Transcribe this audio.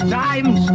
times